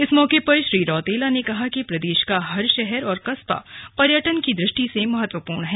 इस मौके पर श्री रौतेला ने कहा कि प्रदेश का हर शहर और कस्बा पर्यटन की दृष्टि से महत्वपूर्ण है